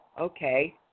okay